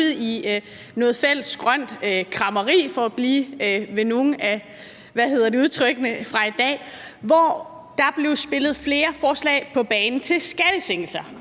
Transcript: i noget fælles grønt krammeri, for nu at bruge nogle af udtrykkene fra i dag, hvor der blev spillet flere forslag til skattesænkninger